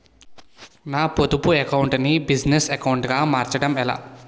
నా పొదుపు అకౌంట్ నీ బిజినెస్ అకౌంట్ గా మార్చడం ఎలా?